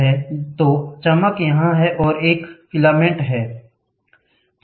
तो चमक यहाँ है और यह एक फिलामेंट है